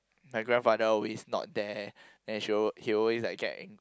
my grandfather always not there then she will he will always get ang~